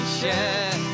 share